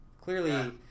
clearly